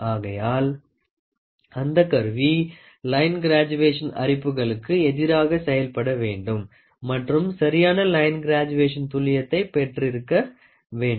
ஆகையால் அந்த கருவி லைன் கிராஜுவேஷன் அரிப்புகளுக்கு எதிராக செயல்பட வேண்டும் மற்றும் சரியான லைன் கிராஜுவேஷன் துல்லியத்தை பெற்றிருக்க வேண்டும்